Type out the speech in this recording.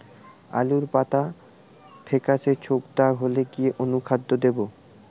আলুর পাতা ফেকাসে ছোপদাগ হলে কি অনুখাদ্য দেবো?